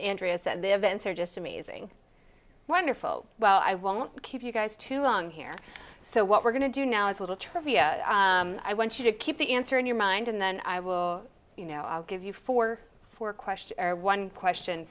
andrea said they have entered just amazing wonderful well i won't keep you guys to run here so what we're going to do now is a little trivia i want you to keep the answer in your mind and then i will you know i'll give you four for question one question